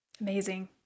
Amazing